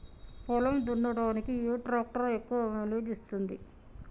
పొలం దున్నడానికి ఏ ట్రాక్టర్ ఎక్కువ మైలేజ్ ఇస్తుంది?